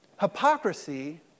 Hypocrisy